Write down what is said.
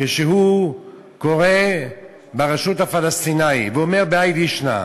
כשהוא קורא ברשות הפלסטינית ואומר כהאי לישנא,